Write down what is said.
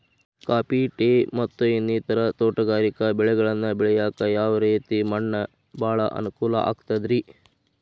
Coffee, tea, ಮತ್ತ ಇನ್ನಿತರ ತೋಟಗಾರಿಕಾ ಬೆಳೆಗಳನ್ನ ಬೆಳೆಯಾಕ ಯಾವ ರೇತಿ ಮಣ್ಣ ಭಾಳ ಅನುಕೂಲ ಆಕ್ತದ್ರಿ?